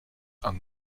and